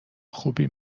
خوبی